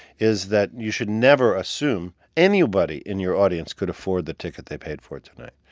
is that you should never assume anybody in your audience could afford the ticket they paid for tonight.